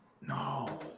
No